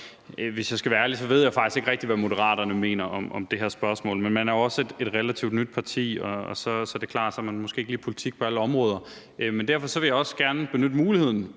hvis jeg skal være ærlig, ved jeg faktisk ikke rigtig, hvad Moderaterne mener om det her spørgsmål. Men man er jo også et relativt nyt parti, og så er det klart, at man måske ikke lige har en politik på alle områder. Men derfor vil jeg også gerne benytte muligheden